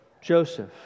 Joseph